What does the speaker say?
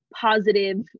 positive